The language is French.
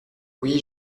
oui